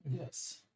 Yes